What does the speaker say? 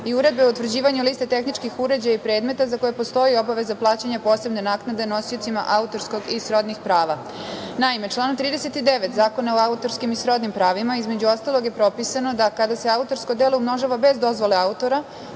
i Uredbe utvrđivanja liste tehničkih uređaja i predmeta za koje postoji obaveza plaćanja posebne naknade nosiocima autorskog i srodnih prava. Naime, članom 39. Zakona o autorskim i srodnim pravima između ostalog je propisano da kada se autorsko delo umnožava bez dozvole autora